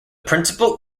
principle